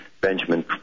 Benjamin